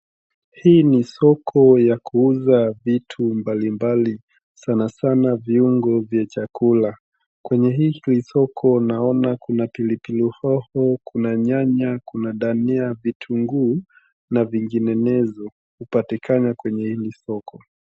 Hii ni soko ya kuuza vitu mbalimbali sana sana viungo vya chakula. Kwenye hili soko naona kuna pilipili hoho, kuna nyanya, kuna dania, vitunguu na vinginenezo hupatikana kwenye hili soko.